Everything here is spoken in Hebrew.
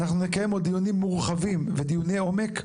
אנחנו נקיים עוד דיונים מורחבים ודיוני עומק.